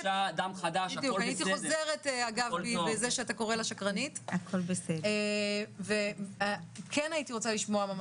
זה שאתה קורא לה שקרנית, כן הייתי רוצה לשמוע.